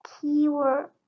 keyword